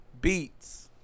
Beats